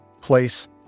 place